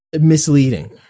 misleading